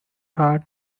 hard